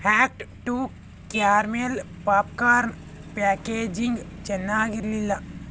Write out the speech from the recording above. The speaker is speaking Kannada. hacked two caramel popcorn packaging ಚೆನ್ನಾಗಿರಲಿಲ್ಲ